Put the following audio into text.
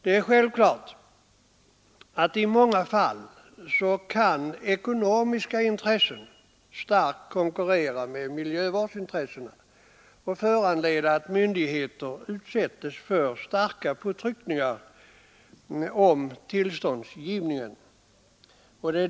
Det är självklart att ekonomiska intressen i många fall kan konkurrera hårt med miljövårdsintressena och föranleda att myndigheter utsätts för starka påtryckningar i fråga om tillståndsgivning.